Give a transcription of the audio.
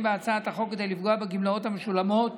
בהצעת החוק כדי לפגוע בגמלאות המשולמות